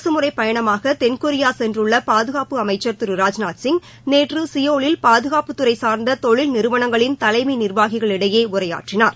அரசுமுறைப் பயணமாக தென்கொரியா கென்றுள்ள பாதுகாப்பு அமைச்சர் திரு ராஜ்நாத்சிய் நேற்று சியோலில் பாதுகாப்புத்துறை சார்ந்த தொழில் நிறுவனங்களின் தலைமை நிர்வாகிகளிடையே உரையாற்றினார்